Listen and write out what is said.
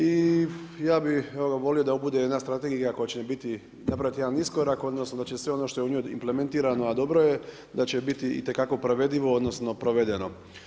I ja bih volio da ovo bude jedna strategija koja će biti, napraviti jedan iskorak, odnosno da će sve ono što je u njoj implementirano, a dobro je, da će biti itekako provedivo, odnosno provedeno.